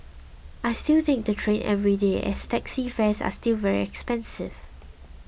I still take the train every day as taxi fares are still very expensive